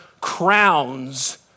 crowns